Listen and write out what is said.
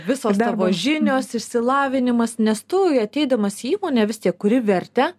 visos tavo žinios išsilavinimas nes tu ateidamas į įmonę vis tiek kuri vertę